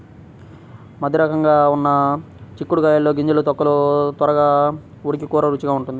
మధ్యరకంగా ఉన్న చిక్కుడు కాయల్లో గింజలు, తొక్కలు త్వరగా ఉడికి కూర రుచిగా ఉంటుంది